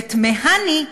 ותמהני: